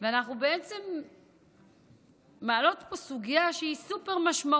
ואנחנו מעלות פה סוגיה שהיא סופר-משמעותית.